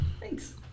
Thanks